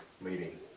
meeting